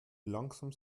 langsam